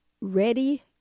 ready